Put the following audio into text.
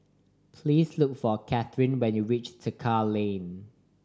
please look for Katharine when you reach Tekka Lane